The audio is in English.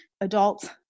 adults